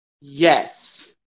Yes